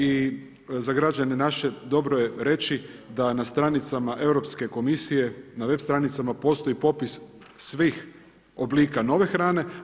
I za građane naše dobro je reći da na stranicama Europske komisije na web stranicama postoji popis svih oblika nove hrane.